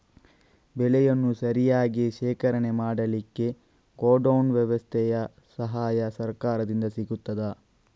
ಬೆಳೆಯನ್ನು ಸರಿಯಾಗಿ ಶೇಖರಣೆ ಮಾಡಲಿಕ್ಕೆ ಗೋಡೌನ್ ವ್ಯವಸ್ಥೆಯ ಸಹಾಯ ಸರಕಾರದಿಂದ ಸಿಗುತ್ತದಾ?